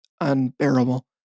unbearable